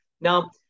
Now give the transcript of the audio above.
Now